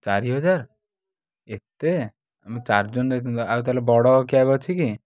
ଚାରିହଜାର ଏତେ ଆମେ ଚାରଜଣ ଯାଇଥାନ୍ତୁ ଆଉ ତା'ହେଲେ ବଡ଼ କ୍ୟାବ୍ ଅଛି କି